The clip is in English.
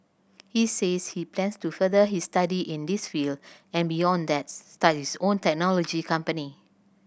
he says he plans to further his study in this field and beyond that start his own technology company